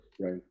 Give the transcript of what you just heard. Right